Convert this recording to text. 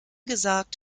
gesagt